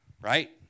right